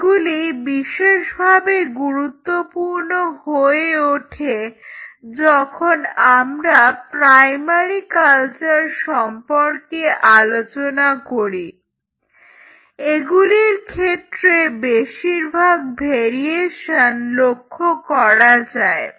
এগুলি বিশেষভাবে গুরুত্বপূর্ণ হয়ে ওঠে যখন আমরা প্রাইমারি কালচার সম্পর্কে আলোচনা করি এগুলির ক্ষেত্রে বেশিরভাগ ভেরিয়েশন লক্ষ্য করা যায়